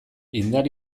indar